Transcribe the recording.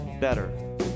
better